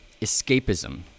escapism